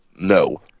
No